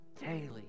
daily